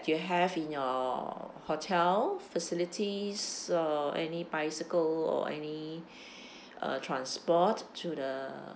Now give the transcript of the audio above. you have in your hotel facilities or any bicycle or any uh transport to the